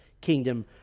kingdom